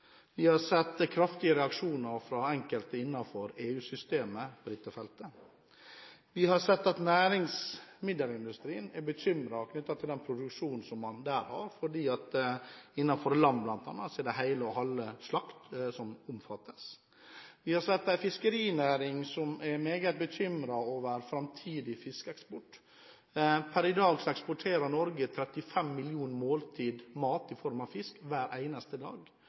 Vi har sett kraftige reaksjoner fra enkelte innenfor EU-systemet på dette feltet. Vi har sett at næringsmiddelindustrien er bekymret for produksjonen, fordi det bl.a. innenfor lam omfatter hele og halve slakt. Vi har sett en fiskerinæring som er meget bekymret over framtidig fiskeeksport. Per i dag eksporterer Norge 35 millioner måltid mat i form av fisk hver eneste dag.